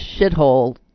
shithole